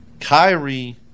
Kyrie